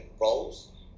roles